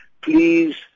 please